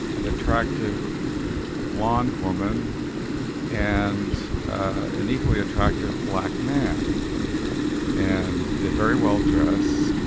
and attractive blonde woman and an equally attractive black man and they're very well dressed.